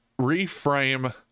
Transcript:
reframe